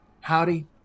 Howdy